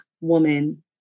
woman